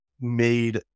made